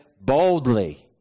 boldly